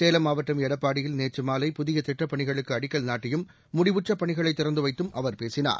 சேலம் மாவட்டம் எடப்பாடியில் நேற்று மாலை புதிய திட்டப் பணிகளுக்கு அடிக்கல் நாட்டியும் முடிவுற்றப் பணிகளை திறந்து வைத்தும் அவர் பேசினார்